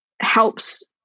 helps